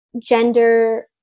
gender